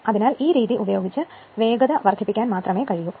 അതിനാൽ ഈ രീതി ഉപയോഗിച്ച് വേഗത കുറയ്ക്കാൻ മാത്രമേ കഴിയൂ